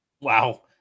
Wow